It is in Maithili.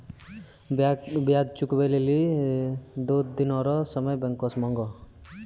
ब्याज चुकबै लेली दो दिन रो समय बैंक से मांगहो